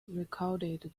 recorded